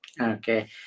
Okay